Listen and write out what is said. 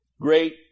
great